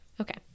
Okay